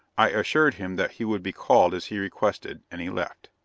i assured him that he would be called as he requested, and he left.